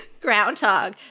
groundhog